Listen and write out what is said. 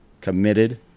committed